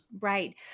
Right